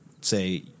say